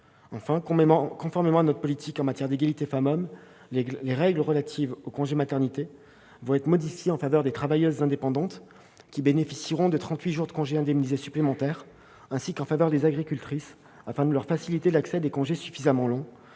Enfin, conformément à notre politique en matière d'égalité entre les femmes et les hommes, les règles relatives au congé de maternité seront modifiées en faveur des travailleuses indépendantes, qui bénéficieront de 38 jours de congé indemnisés supplémentaires, ainsi qu'en faveur des agricultrices, afin de leur faciliter l'accès à des congés suffisamment longs.